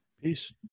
Peace